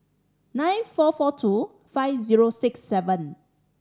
nine four four two five zero six seven